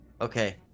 Okay